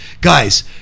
Guys